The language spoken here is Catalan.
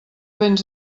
béns